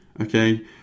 Okay